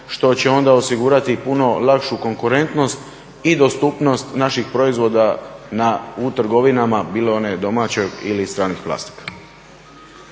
što će onda osigurati puno lakšu konkurentnost i dostupnost naših proizvoda u trgovinama bilo one domaće ili stranih vlasnika.